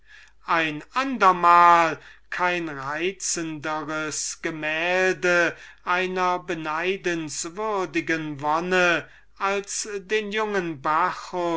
ein andermal kein reizenderes gemälde einer beneidenswürdigen wonne als den jungen bacchus